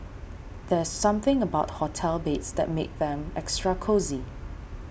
there's something about hotel beds that makes them extra cosy